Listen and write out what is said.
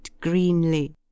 greenly